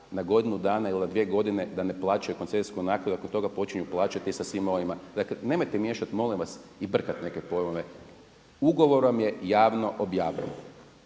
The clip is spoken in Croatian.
na godinu dana ili na dvije godine da ne plaćaju koncesijsku naknadu i nakon toga počinju sa svima onima. Dakle nemojte miješati molim vas i brkati neke pojmove. Ugovor vam je javno objavljen